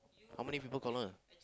how many people call her